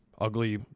ugly